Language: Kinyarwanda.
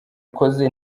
ikoze